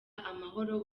amahoro